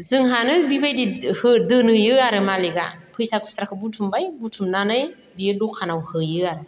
जोंहानो बिबायदि हो दोनहैयो आरो मालिखआ फैसा खुस्राखौ बुथुमबाय बुथुमनानै बियो दखानाव हैयो आरो